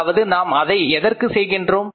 அதாவது நாம் அதை எதற்கு செய்தோம்